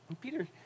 Peter